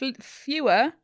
fewer